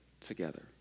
together